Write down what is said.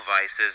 vices